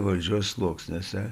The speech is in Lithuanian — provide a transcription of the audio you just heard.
valdžios sluoksniuose